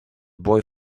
boy